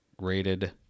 rated